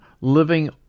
Living